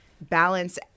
balance